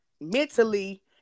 mentally